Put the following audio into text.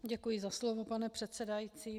Děkuji za slovo, pane předsedající.